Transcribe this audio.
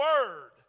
word